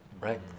right